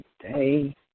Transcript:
today